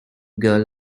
girl